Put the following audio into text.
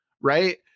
Right